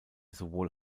sowohl